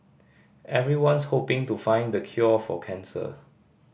everyone's hoping to find the cure for cancer